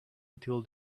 until